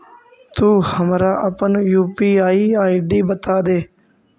तु हमरा अपन यू.पी.आई आई.डी बतादे